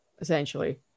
essentially